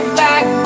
back